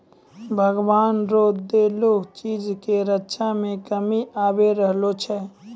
भगवान रो देलो चीज के रक्षा मे कमी आबी रहलो छै